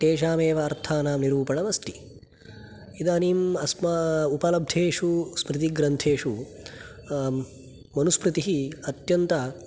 तेषामेव अर्थानां निरूपणमस्ति इदानीम् अस्मा उपलब्धेषु स्मृतिग्रन्थेषु मनुस्मृतिः अत्यन्त